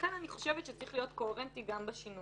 לכן אני חושבת שצריך להיות קוהרנטי גם בשינויים,